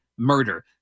Murder